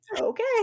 okay